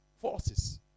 forces